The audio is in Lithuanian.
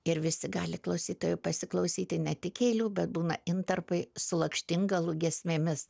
ir visi gali klausytojų pasiklausyti ne tik eilių bet būna intarpai su lakštingalų giesmėmis